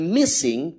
missing